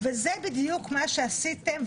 וזה בדיוק מה שעשיתם,